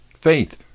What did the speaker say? Faith